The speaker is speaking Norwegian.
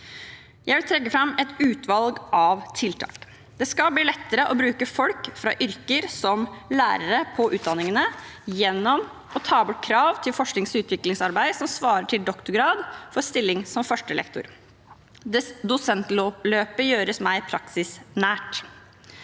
Jeg vil trekke fram et utvalg av tiltak. Det skal bli lettere å bruke folk fra yrkesfeltet, som lærere, på utdanningene gjennom å ta bort krav til forsknings- og utviklingsarbeid som svarer til doktorgrad, for stilling som førstelektor. Dosentløpet gjøres mer praksisnært.